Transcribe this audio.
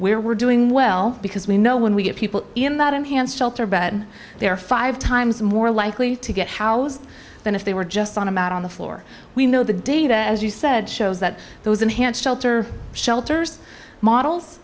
where we're doing well because we know when we get people in that enhance shelter but there are five times more likely to get housed than if they were just on a mat on the floor we know the data as you said shows that those enhanced shelter shelters models